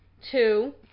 two